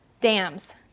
dams